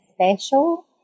special